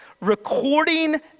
recording